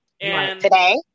today